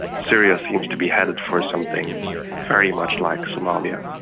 syria seems to be headed for something very much like somalia,